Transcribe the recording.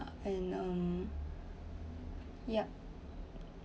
and um yup